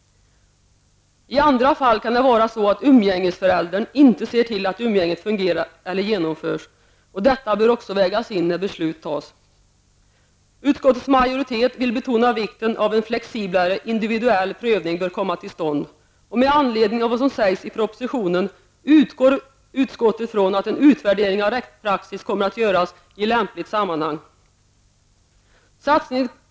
I andra fall kan det vara så att umgängesföräldern inte ser till att umgänget fungerar eller genomförs. Detta bör också vägas in när beslut fattas. Utskottets majoritet vill betona vikten av att en flexiblare individuell prövning bör komma till stånd. Med anledning av vad som sägs i propositionen utgår utskottet från att en utvärdering av rättspraxis kommer att göras i lämpligt sammanhang.